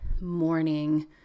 morning